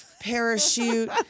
parachute